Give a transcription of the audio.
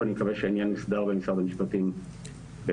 ואני מקווה שהעניין יוסדר במשרד המשפטים בהקדם.